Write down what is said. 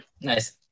Nice